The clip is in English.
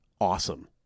awesome